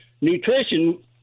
nutrition